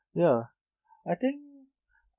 ya I think